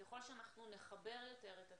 ככל שאנחנו נחבר יותר את הציבור,